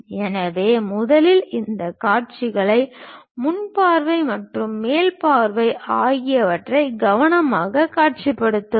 எனவே முதலில் இந்த காட்சிகள் முன் பார்வை மற்றும் மேல் பார்வை ஆகியவற்றை கவனமாக காட்சிப்படுத்துங்கள்